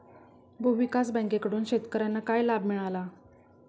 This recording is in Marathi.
भूविकास बँकेकडून शेतकर्यांना काय लाभ मिळाला?